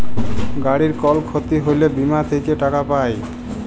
গাড়ির কল ক্ষতি হ্যলে বীমা থেক্যে টাকা পায়